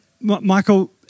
Michael